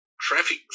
traffic